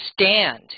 Stand